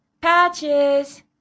Patches